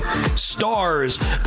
stars